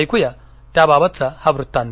ऐकूया त्याबाबतचा हा वृत्तांत